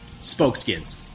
Spokeskins